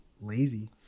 lazy